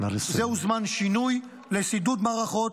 זהו זמן לשינוי, לשידוד מערכות.